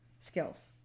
skills